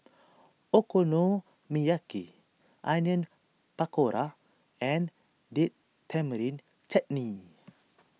Okonomiyaki Onion Pakora and Date Tamarind Chutney